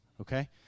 Okay